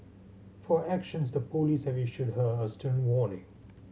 for her actions the police have issued her a stern warning